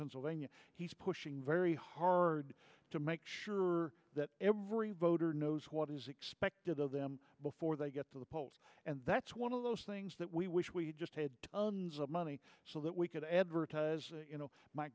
pennsylvania he's pushing very hard to make sure that every voter knows what is expected of them before they get to the polls and that's one of those things that we wish we just had money so that we could advertise